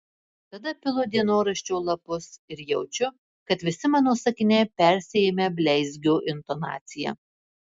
tada pilu dienoraščio lapus ir jaučiu kad visi mano sakiniai persiėmę bleizgio intonacija